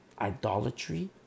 Idolatry